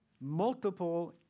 Multiple